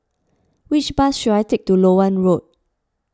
which bus should I take to Loewen Road